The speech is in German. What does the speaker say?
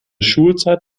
schulzeit